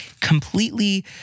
completely